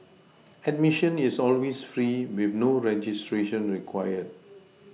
admission is always free with no registration required